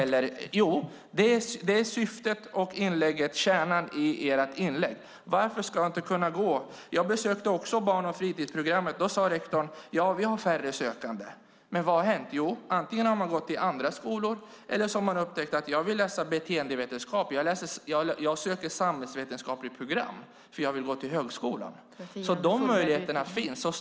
Det är syftet, kärnan i deras inlägg. Jag besökte barn och fritidsprogrammet. Då sade rektorn att de har färre sökande. Vad har hänt? Jo, antingen har man gått i andra skolor eller så har man upptäckt att man hellre vill läsa beteendevetenskap och söker samhällsvetenskapligt program för att kunna gå vidare till högskolan. De möjligheterna finns alltså.